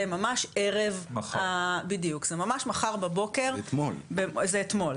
זה ממש מחר בבוקר, זה אתמול,